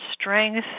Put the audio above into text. strength